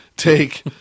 Take